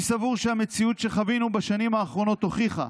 אני סבור שהמציאות שחווינו בשנים האחרונות הוכיחה